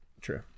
true